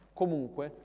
comunque